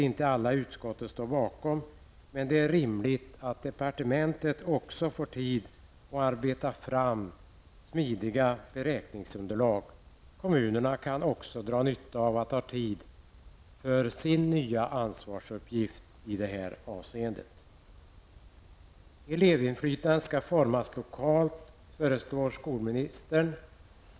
Inte alla i utskottet ställer sig bakom detta, men det är rimligt att departementet också får tid för att arbeta fram smidiga beräkningsunderlag. Kommunerna kan också dra nytta av den tiden med tanke på sin nya ansvarsuppgift i det här avseendet. Elevinflytandet skall formas lokalt, föreslår skolministern.